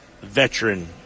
veteran